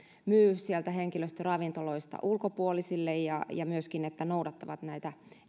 myy sieltä henkilöstöravintoloista ulkopuolisille ja ja myöskin noudattavat näitä